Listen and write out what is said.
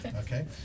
okay